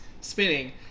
spinning